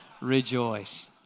rejoice